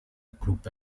group